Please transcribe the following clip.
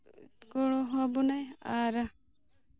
ᱜᱚᱲᱚ ᱟᱵᱚᱱᱟᱭ ᱟᱨ